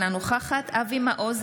אינה נוכחת אבי מעוז,